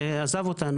שעזב אותנו,